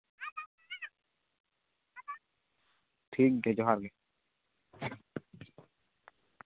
ᱴᱷᱤᱠᱜᱮᱭᱟ ᱡᱚᱦᱟᱨᱜᱮ